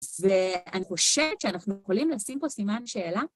ואני חושבת שאנחנו יכולים לשים פה סימן שאלה.